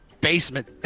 basement